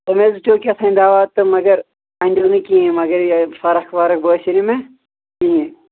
تُمۍ حظ دِتو کہتانۍ دوا تہٕ مگر اَندیو نہٕ کِہیٖنۍ مگر یہِ فرق وَرق باسے نہٕ مےٚ کِہیٖنۍ